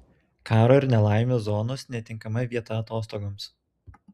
karo ir nelaimių zonos netinkama vieta atostogoms